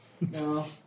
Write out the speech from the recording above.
No